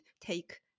take